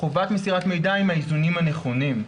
חובת מסירת מידע עם האיזונים הנכונים.